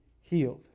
healed